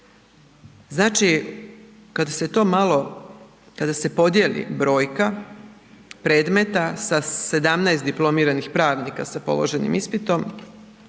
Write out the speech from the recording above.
malo, kada se podijeli brojka predmeta sa 17 diplomiranih pravnika sa položenim ispitom